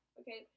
okay